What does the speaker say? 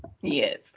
Yes